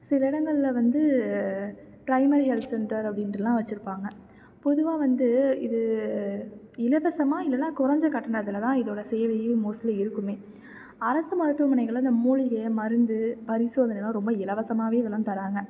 சில இடங்களில் வந்து ப்ரைமரி ஹெல்த் சென்டர் அப்படின்ட்டெல்லாம் வெச்சிருப்பாங்க பொதுவாக வந்து இது இலவசமாக இல்லைனா கொறைஞ்ச கட்டணத்தில் தான் இதோடய சேவையும் மோஸ்ட்லி இருக்குமே அரசு மருத்துவமனைகளில் இந்த மூலிகை மருந்து பரிசோதனைலாம் ரொம்ப இலவசமாகவே இதெல்லாம் தர்றாங்க